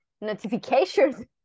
notifications